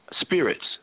spirits